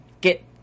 get